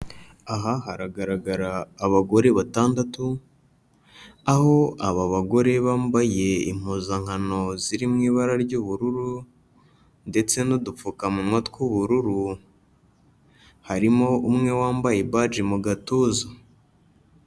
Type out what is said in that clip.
Aha haragaragara abagore batandatu, aho aba bagore bambaye impuzankano ziri mu ibara ry'ubururu ndetse n'udupfukamunwa tw'ubururu, harimo umwe wambaye baji mu gatuza.